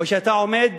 או שאתה עומד